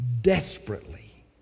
Desperately